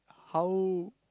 how